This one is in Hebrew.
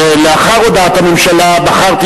אני רק רוצה לומר לך שלאחר הודעת הממשלה בחרתי